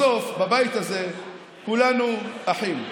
בסוף, בבית הזה כולנו אחים.